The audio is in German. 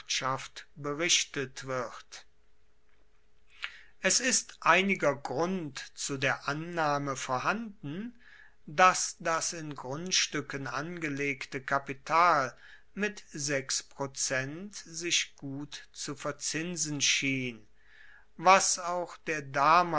berichtet wird es ist einiger grund zu der annahme vorhanden dass das in grundstuecken angelegte kapital mit sechs prozent sich gut zu verzinsen schien was auch der